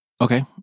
Okay